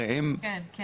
הרי הן קובעות,